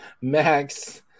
max